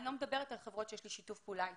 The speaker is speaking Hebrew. אני לא מדברת על חברות שיש לי שיתוף פעולה אתן.